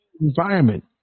environment